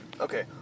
Okay